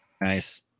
Nice